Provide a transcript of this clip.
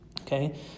okay